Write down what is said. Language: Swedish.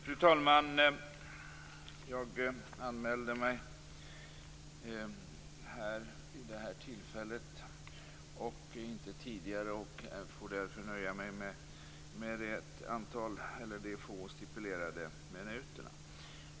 Fru talman! Eftersom jag nyss anmälde mig till debatten får jag nöja mig med de få stipulerade minuterna.